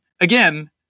again